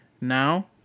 Now